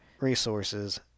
resources